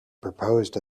proposed